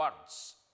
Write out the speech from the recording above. words